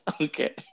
Okay